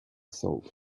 salt